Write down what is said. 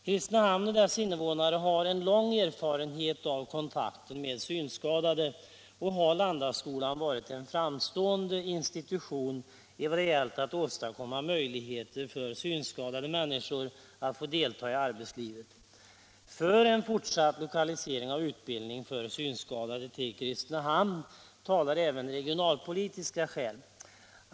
Kristinehamn och dess invånare har en lång erfarenhet av kontakten med synskadade, och Landaskolan har varit en betydelsefull institution när det gällt att göra det möjligt för synskadade att delta i arbetslivet. För en fortsatt lokalisering av utbildning för synskadade till Kristinehamn talar även regionalpolitiska skäl.